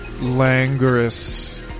languorous